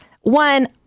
One